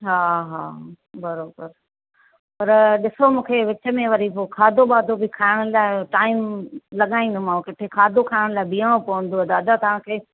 हा हा बराबरि पर ॾिसो मूंखे विच में वरी पोइ खाधो वाधो बि खाइण लाइ टाईम लॻाईंदीमांव किथे खाधो खाइण लाइ बीहिणो पवन्दो दादा तव्हांखे